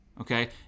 okay